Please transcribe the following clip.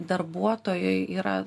darbuotojui yra